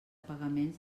pagaments